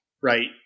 right